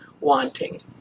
wanting